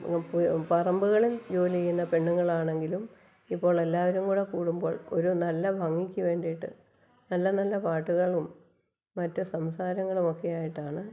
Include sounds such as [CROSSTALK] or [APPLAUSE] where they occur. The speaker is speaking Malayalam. [UNINTELLIGIBLE] പറമ്പുകളിൽ ജോലി ചെയ്യുന്ന പെണ്ണുങ്ങളാണെങ്കിലും ഇപ്പോൾ എല്ലാവരും കൂടെ കൂടുമ്പോൾ ഒരു നല്ല ഭംഗിക്ക് വേണ്ടിയിട്ട് നല്ല നല്ല പാട്ടുകളും മറ്റ് സംസാരങ്ങളുമൊക്കെ ആയിട്ടാണ്